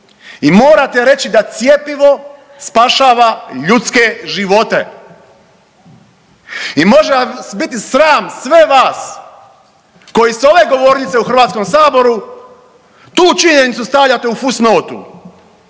i morate reći da cjepivo spašava ljudske živote. I može vas biti sram sve vas koji s ove govornice u HS tu činjenicu stavljate u fus notu.